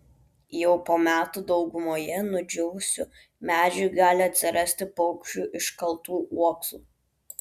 jau po metų daugumoje nudžiūvusių medžių gali atsirasti paukščių iškaltų uoksų